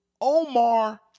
Omar